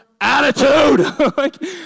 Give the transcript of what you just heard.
attitude